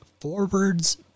forwards